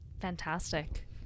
Fantastic